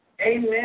Amen